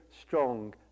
strong